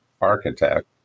architect